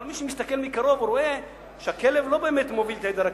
אבל מי שמסתכל מקרוב רואה שהכלב לא באמת מוביל את עדר הכבשים,